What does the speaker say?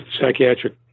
psychiatric